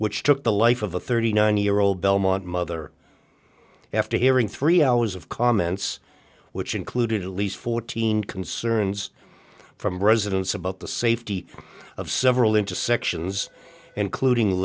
which took the life of a thirty nine year old belmont mother after hearing three hours of comments which included at least fourteen concerns from residents about the safety of several into sections including